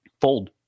fold